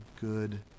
good